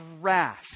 wrath